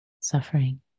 suffering